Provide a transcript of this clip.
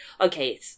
Okay